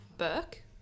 Burke